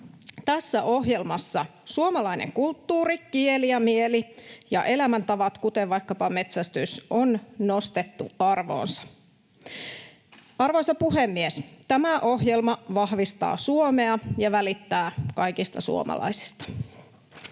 Tässä ohjelmassa suomalainen kulttuuri, kieli ja mieli ja elämäntavat, kuten vaikkapa metsästys, on nostettu arvoonsa. Arvoisa puhemies! Tämä ohjelma vahvistaa Suomea ja välittää kaikista suomalaisista.